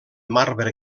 marbre